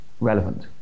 relevant